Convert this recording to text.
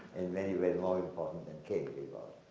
in many ways more important than cambridge